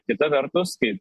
kita vertus kai